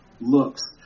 looks